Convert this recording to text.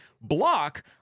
block